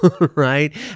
right